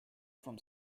from